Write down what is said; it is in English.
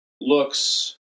looks